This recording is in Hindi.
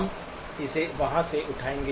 हम इसे वहां से उठाएंगे